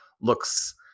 looks